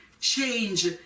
change